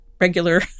regular